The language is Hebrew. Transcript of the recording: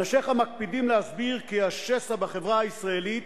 אנשיך מקפידים להסביר כי השסע בחברה הישראלית